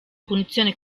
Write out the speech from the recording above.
punizione